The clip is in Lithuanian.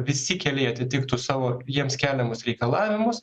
visi keliai atitiktų savo jiems keliamus reikalavimus